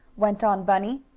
went on bunny,